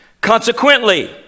Consequently